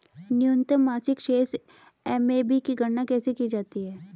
न्यूनतम मासिक शेष एम.ए.बी की गणना कैसे की जाती है?